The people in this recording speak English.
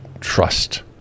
trust